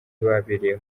baberewe